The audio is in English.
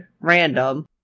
random